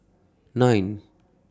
nine